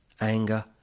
anger